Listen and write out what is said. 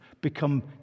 become